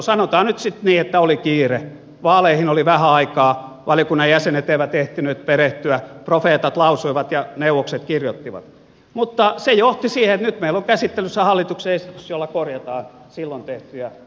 sanotaan nyt sitten niin että oli kiire vaaleihin oli vähän aikaa valiokunnan jäsenet eivät ehtineet perehtyä profeetat lausuivat ja neuvokset kirjoittivat mutta se johti siihen että nyt meillä on käsittelyssä hallituksen esitys jolla korjataan silloin tehtyjä muutoksia